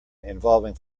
involving